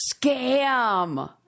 scam